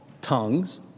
tongues